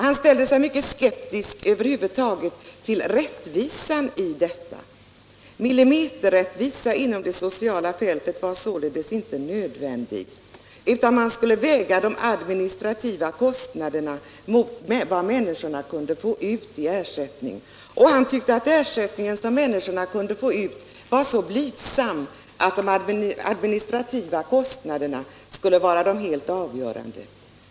Han ställde sig över huvud taget mycket skeptisk till rättvisan i det fallet. Millimeterrättvisa på det sociala fältet var inte nödvändig, utan man skulle väga de administrativa kostnaderna mot vad människorna kunde få ut i ersättning. Och han tyckte att den ersättning som medborgarna kunde få ut var så blygsam att de administrativa kostnaderna skulle vara helt avgörande.